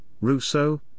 Rousseau